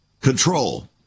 Control